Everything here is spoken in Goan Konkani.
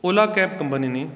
ओला कॅब कंपनी न्ही